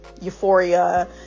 Euphoria